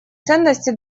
ценности